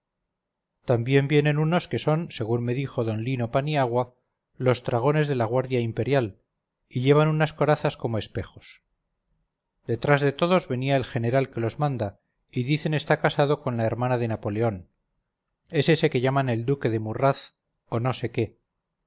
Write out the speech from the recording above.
también vienen unos que son según me dijo d lino paniagua los tragones de la guardia imperial y llevan unas corazas como espejos detrás de todos venía el general que los manda y dicen está casado con la hermana de napoleón es ese que llaman el gran duque de murraz o no sé qué